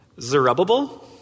Zerubbabel